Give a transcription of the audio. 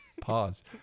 pause